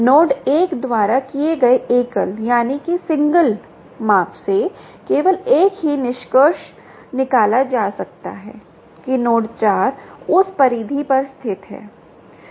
node 1 द्वारा किए गए एकल माप से केवल एक ही निष्कर्ष निकाला जा सकता है कि नोड 4 उस परिधि पर स्थित है